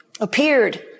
appeared